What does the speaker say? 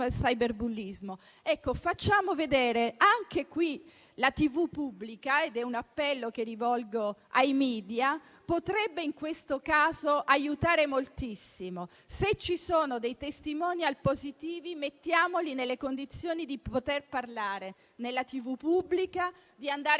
al cyberbullismo. Ecco, anche la TV pubblica - è un appello che rivolgo ai *media* - potrebbe in questo caso aiutare moltissimo. Se ci sono dei *testimonial* positivi, mettiamoli nelle condizioni di poter parlare nella TV pubblica, di andare